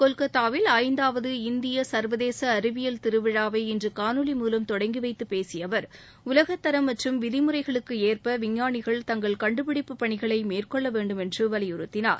கொல்கத்தாவில் ஐந்தாவது இந்திய சர்வதேச அறிவியல் திருவிழாவை இன்று காணொலி மூலம் தொடங்கி வைத்து பேசிய அவர் உலகத்தரம் மற்றும் விதிமுறைகளுக்கு ஏற்ப விஞ்ஞானிகள் தங்கள் கண்டுபிடிப்பு பணிகளை மேற்கொள்ள வேண்டும் என்று வலியுறுத்தினார்